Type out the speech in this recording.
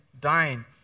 dying